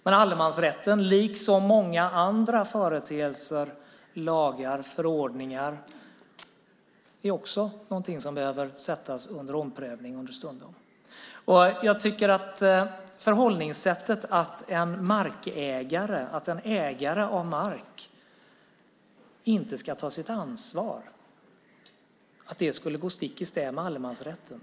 Men allemansrätten liksom många andra företeelser, lagar och förordningar är också någonting som understundom behöver sättas under omprövning. Förhållningssättet är att en ägare av mark inte ska ta sitt ansvar och att det skulle gå stick i stäv med allemansrätten.